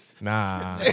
Nah